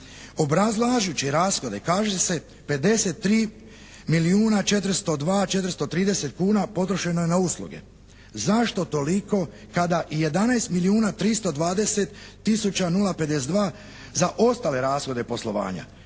Obrazlažući rashode kaže se 53 milijuna 402, 430 kuna potrošeno je na usluge. Zašto toliko kada 11 milijuna 320 tisuća 052 za ostale rashode poslovanja?